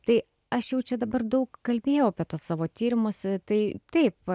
tai aš jau čia dabar daug kalbėjau apie tuos savo tyrimus tai taip